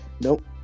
nope